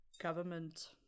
government